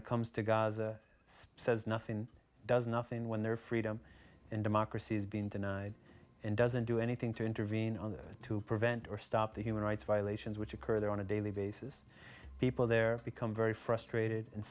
it comes to gaza it says nothing does nothing when their freedom and democracy is being denied and doesn't do anything to intervene to prevent or stop the human rights violations which occur there on a daily basis people there become very frustrated and